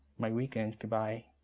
my weekends good bye.